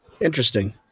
Interesting